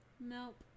Nope